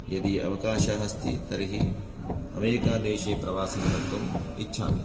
यदि अवकाशः अस्ति तर्हि अमेरिका देशे प्रवासं कर्तुम् इच्छामि